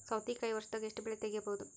ಸೌತಿಕಾಯಿ ವರ್ಷದಾಗ್ ಎಷ್ಟ್ ಬೆಳೆ ತೆಗೆಯಬಹುದು?